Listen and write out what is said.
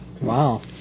Wow